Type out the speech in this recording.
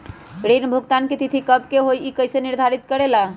ऋण भुगतान की तिथि कव के होई इ के निर्धारित करेला?